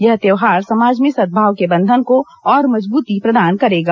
यह त्यौहार समाज में सद्भाव के बंधन को और मजबूती प्रदान करेगा